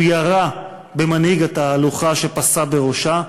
הוא ירה במנהיג התהלוכה שפסע בראשה,